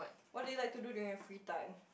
what do you like to do during your free time